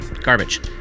Garbage